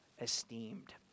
esteemed